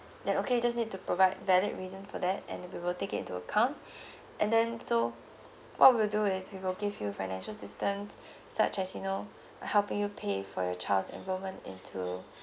then okay just need to provide valid reason for that and we will take it into account and then so what we'll do is we will give you financial assistance such as you know uh helping you pay for your child's enrollment into